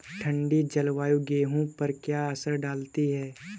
ठंडी जलवायु गेहूँ पर क्या असर डालती है?